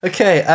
Okay